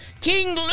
King